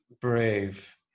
brave